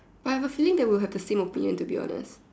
I have a feeling that we'll have the same opinion to be honest